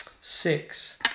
Six